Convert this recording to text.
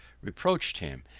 reproached him,